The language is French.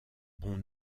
bon